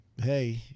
hey